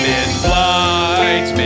Mid-flight